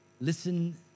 listen